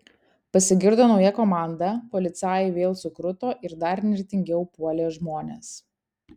pasigirdo nauja komanda policajai vėl sukruto ir dar nirtingiau puolė žmones